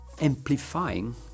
amplifying